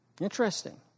Interesting